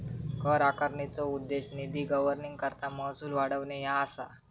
कर आकारणीचो उद्देश निधी गव्हर्निंगकरता महसूल वाढवणे ह्या असा